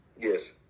yes